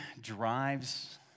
drives